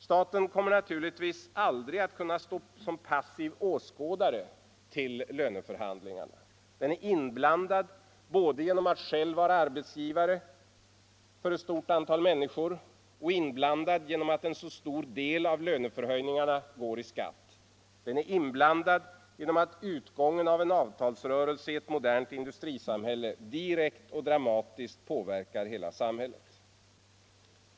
Staten kommer naturligtvis aldrig att kunna stå som passiv åskådare till löneförhandlingarna. Den är inblandad både genom att själv vara arbetsgivare för ett stort antal människor och genom att en så stor del av löneökningarna går till skatt. Staten är också inblandad genom att utgången av en avtalsrörelse i ett modernt industrisamhälle direkt och dramatiskt påverkar hela samhället.